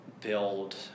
build